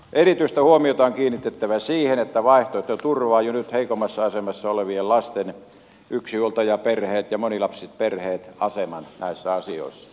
erityistä huomiota on kiinnitetty siihen mikä vaihtoehto turvaa jo nyt heikommassa asemassa olevien lasten yksinhuoltajaperheet ja monilapsiset perheet aseman näissä asioissa